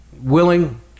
willing